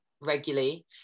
regularly